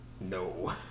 No